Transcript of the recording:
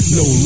no